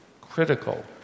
critical